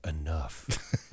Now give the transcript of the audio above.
enough